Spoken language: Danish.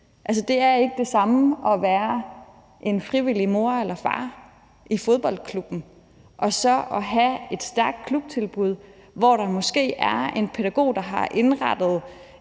Det er ikke det samme at være en frivillig mor eller far i fodboldklubben og så at have et stærkt klubtilbud, hvor der måske er en pædagog, der har indrettet